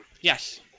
Yes